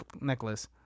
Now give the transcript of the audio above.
necklace